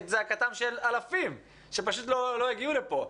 את זעקתם של אלפים שפשוט לא הגיעו לפה.